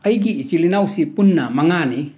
ꯑꯩꯒꯤ ꯏꯆꯤꯜ ꯏꯅꯥꯎꯁꯤ ꯄꯨꯟꯅ ꯃꯉꯥꯅꯤ